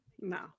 No